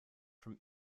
from